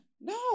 No